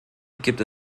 gibt